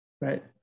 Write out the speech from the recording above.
Right